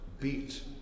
beat